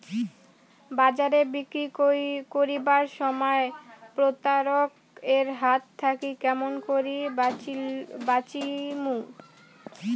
বাজারে বিক্রি করিবার সময় প্রতারক এর হাত থাকি কেমন করি বাঁচিমু?